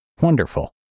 Wonderful